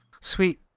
Sweet